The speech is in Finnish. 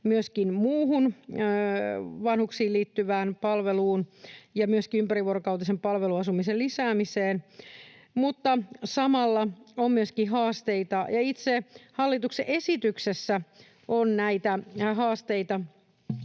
myöskin muuhun vanhuksiin liittyvään palveluun ja myöskin ympärivuorokautisen palveluasumisen lisäämiseen, mutta samalla on myöskin haasteita. Itse hallituksen esityksessä on näitä haasteita